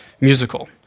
musical